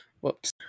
Whoops